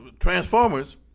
Transformers